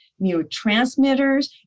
neurotransmitters